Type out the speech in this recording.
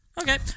Okay